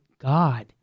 God